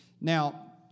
Now